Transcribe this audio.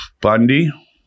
Bundy